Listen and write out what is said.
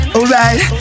Alright